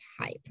type